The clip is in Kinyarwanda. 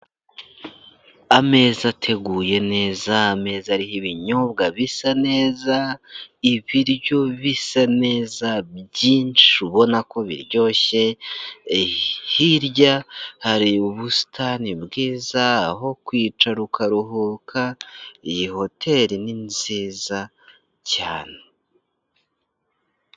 Ameza ateguye neza meza ariho ibinyobwa bisa neza, ibiryo bisa neza byinshi ubona ko biryoshye, hirya hari ubusitani bwiza aho kwicara ukaruhuka, iyi hoteli ni nziza cyane.